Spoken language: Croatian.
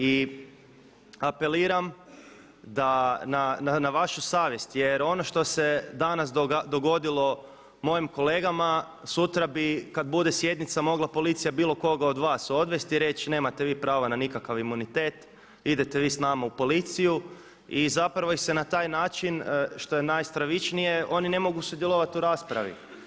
I apeliram da na vašu savjest jer ono što se danas dogodilo mojim kolegama sutra bi kad bude sjednica mogla policija bilo koga od vas odvesti i reći nemate vi pravo na nikakav imunitet, idete vi s nama u policiju i zapravo ih se na taj način što je najstravičnije oni ne mogu sudjelovati u raspravi.